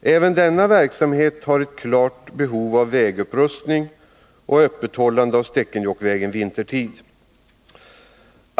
Även denna verksamhet har klart behov av vägupprustning och öppethållande av Stekenjokkvägen vintertid.